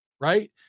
right